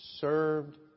served